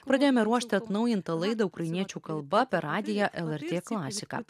pradėjome ruošti atnaujintą laidą ukrainiečių kalba per radiją lrt klasika